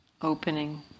Opening